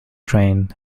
train